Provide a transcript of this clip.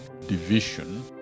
division